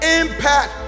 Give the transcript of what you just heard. impact